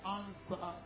answer